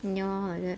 like that